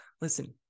Listen